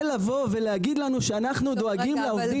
זה לבוא ולהגיד לנו שאנחנו דואגים לעובדים?